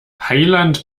heiland